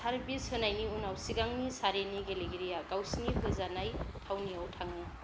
service होनायनि उनाव सिगांनि सारिनि गेलेगिरिया गावसिनि होजानाय थावनियाव थाङो